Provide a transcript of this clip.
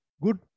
good